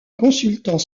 consultant